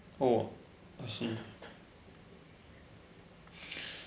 oh I see